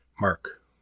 Mark